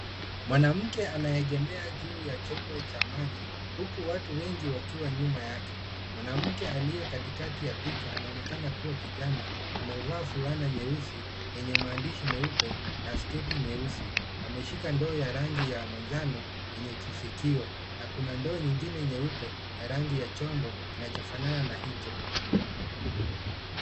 Mwanamke anaegemea juu ya chombo cha maji huku watu wengi wakiwa nyuma yake. Mwanamke aliye katikati ya picha anaonekana kuwa kijana, amevaa fulana nyeusi yenye maandishi meupe na sketi nyeusi. Ameshika ndoo ya rangi ya manjano yenye kishikio na kuna ndoo nyingine nyeupe ya rangi ya chombo kinachofanana na hicho.